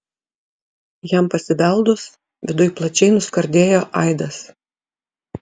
jam pasibeldus viduj plačiai nuskardėjo aidas